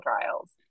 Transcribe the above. trials